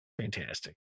Fantastic